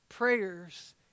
Prayers